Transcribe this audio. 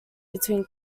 between